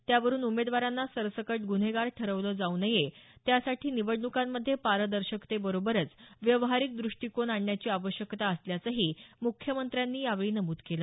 त्यावरून उमेदवारांना सरसकट गुन्हेगार ठरवलं जाऊ नये त्यासाठी निवडणुकांमध्ये पारदर्शकतेबरोबरच व्यवहारिक द्रष्टिकोन आणण्याची आवश्यकता असल्याचंही मुख्यमंत्र्यांनी यावेळी नमूद केलं